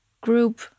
group